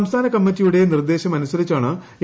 സംസ്ഥാന കമ്മറ്റിയുടെ നിർദ്ദേശമനുസരിച്ചാണ് എ